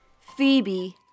Phoebe